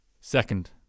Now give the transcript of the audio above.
Second